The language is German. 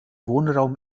wohnraum